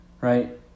right